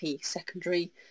Secondary